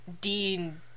Dean